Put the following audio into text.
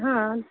हां